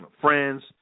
friends